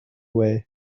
way